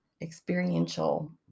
experiential